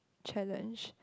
challenge